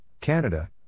canada